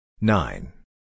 Nine